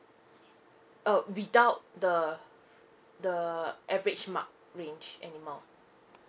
err without the the average mark range anymore